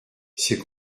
c’est